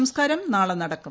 സംസ്കാരം നാളെ നടക്കും